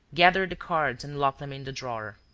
gathered the cards and locked them in the drawer.